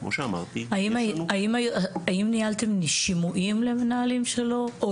כמו שאמרתי --- האם ניהלתם שימוע למנהלים שלו או